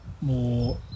more